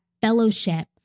fellowship